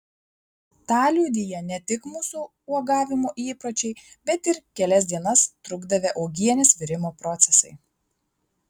tą liudija ne tik mūsų uogavimo įpročiai bet ir kelias dienas trukdavę uogienės virimo procesai